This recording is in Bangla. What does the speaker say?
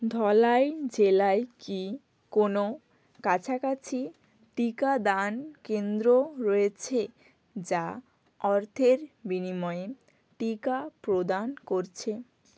ধলাই জেলায় কি কোনও কাছাকাছি টিকাদান কেন্দ্র রয়েছে যা অর্থের বিনিময়ে টিকা প্রদান করছে